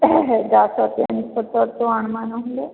ଏ ହେ ଆଣିବା ନହେଲେ